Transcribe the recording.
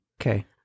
Okay